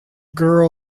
girl